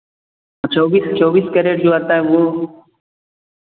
चौबीस चौबीस कैरेट जो आता है वह